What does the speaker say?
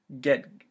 get